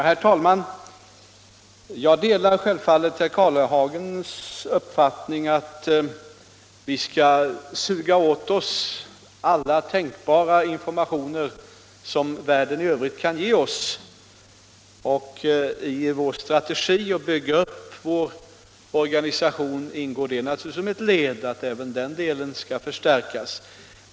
Herr talman! Jag delar självfallet herr Karlehagens uppfattning, att vi bör suga åt oss alla tänkbara informationer som världen i övrigt kan ge oss. I vår strategi för att bygga upp vår organisation ingår naturligtvis som ett led att även den delen skall förstärkas.